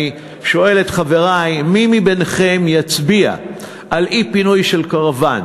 אני שואל את חברי: מי מביניכם יצביע על אי-פינוי של קרוון